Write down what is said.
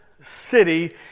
city